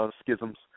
schisms